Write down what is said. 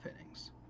innings